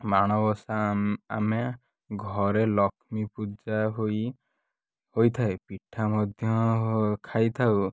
ମାଣବସା ଆମେ ଆମେ ଘରେ ଲକ୍ଷ୍ମୀ ପୂଜା ହୋଇ ହୋଇଥାଏ ପିଠା ମଧ୍ୟ ଖାଇଥାଉ